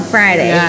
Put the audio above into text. Friday